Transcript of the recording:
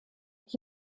ich